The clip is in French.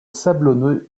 sablonneux